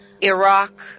Iraq